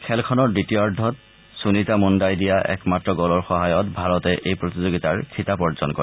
খেলখনৰ দ্বিতীয়াৰ্ধত সুনীতা মুণ্ডাই দিয়া একমাত্ৰ গলৰ সহায়ত ভাৰতে এই প্ৰতিযোগিতাৰ খিতাপ অৰ্জন কৰে